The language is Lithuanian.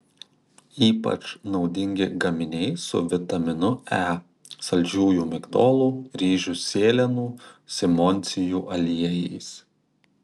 ypač naudingi gaminiai su vitaminu e saldžiųjų migdolų ryžių sėlenų simondsijų aliejais